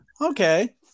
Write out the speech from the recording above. Okay